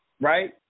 right